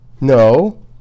No